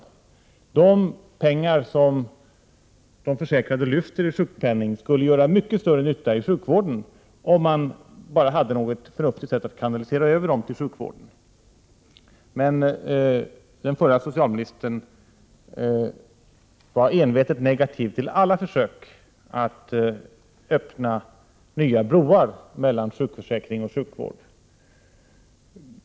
De pengar de försäkrade lyfter i sjukpenning skulle göra mycket större nytta i sjukvården, om man bara hade något förnuftigt sätt att kanalisera över dem till sjukvården. Den förra socialministern var envetet negativ till alla försök att öppna nya broar mellan sjukförsäkring och sjukvård.